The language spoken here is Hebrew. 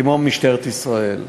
כמו משטרת ישראל.